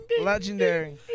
Legendary